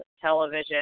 television